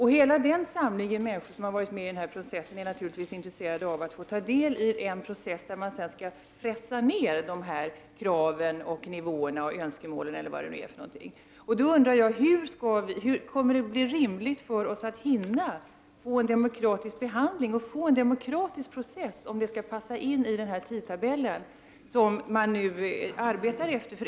Hela den samling människor som har varit med i denna process är naturligtvis intresserade av att få ta del av en process där man sedan skall pressa ned kraven, nivåerna, önskemålen eller vad det nu kan vara. Kommer det att bli möjligt för oss att hinna få en demokratisk behandling och få en demokratisk process som kan passa in i denna tidtabell som man arbetar efter?